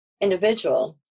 individual